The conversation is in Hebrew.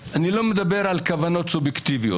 אני לא מדבר על כוונות סובייקטיביות,